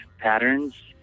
patterns